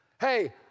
Hey